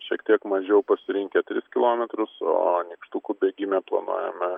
šiek tiek mažiau pasirinkę tris kilometrus o nykštukų bėgime planuojame